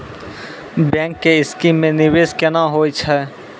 Bank के scheme मे निवेश केना होय छै?